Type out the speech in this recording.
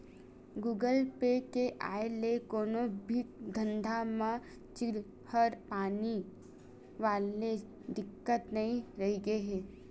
Google Pay के आय ले कोनो भी धंधा म चिल्हर पानी वाले दिक्कत नइ रहिगे हे